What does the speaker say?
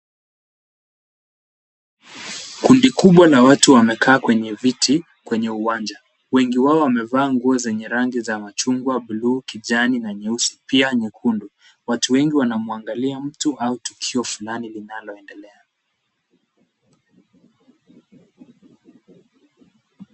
Kundi kubwa la watu wamekaa kwenye viti kwenye uwanja. Wengi wao wamevaa nguo zenye rangi ya machungwa, bluu, kijani na nyeusi pia nyekundu. Watu wengi wanamwangalia mtu au tukio fulani linaloendelea.